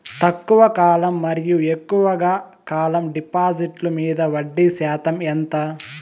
తక్కువ కాలం మరియు ఎక్కువగా కాలం డిపాజిట్లు మీద వడ్డీ శాతం ఎంత?